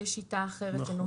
אז יש שיטה אחרת שנוהגת.